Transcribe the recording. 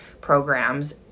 programs